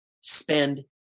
spend